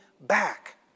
back